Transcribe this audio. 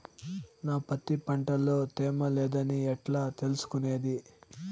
నా పత్తి పంట లో తేమ లేదని ఎట్లా తెలుసుకునేది?